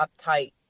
uptight